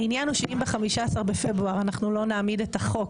העניין הוא שאם ב-15 בפברואר אנחנו לא נעמיד את החוק,